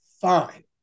fine